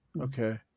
Okay